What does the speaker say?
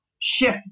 shift